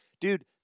Dude